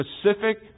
specific